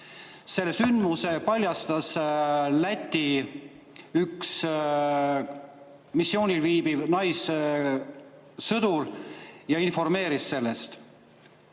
Selle sündmuse paljastas üks missioonil viibiv Läti naissõdur ja informeeris sellest.